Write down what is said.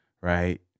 right